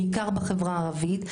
בעיקר בחברה הערבית,